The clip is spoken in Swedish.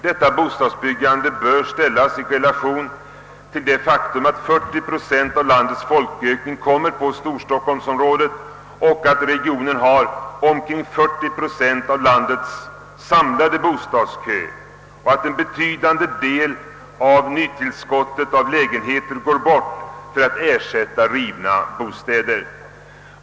Detta faktum bör ställas i relation till att 40 procent av landets folkökning faller på storstockholmsområdet, att regionen har omkring 40 procent av landets samlade bostadskö och att en betydande del av nytillskottet av lägenheter går åt för att ersätta rivna bostäder.